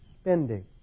spending